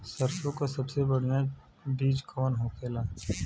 सरसों का सबसे बढ़ियां बीज कवन होखेला?